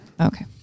Okay